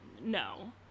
No